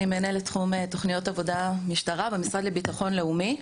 אני מנהלת תחום תוכניות עבודה משטרה במשרד לביטחון לאומי.